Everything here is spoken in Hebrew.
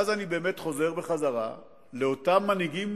אז אני באמת חוזר לאותם מנהיגים